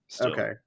okay